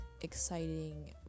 exciting